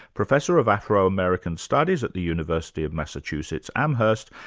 professor of afro-american studies at the university of massachusetts, amherst,